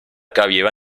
carriera